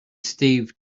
steve